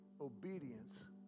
obedience